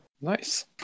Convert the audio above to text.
nice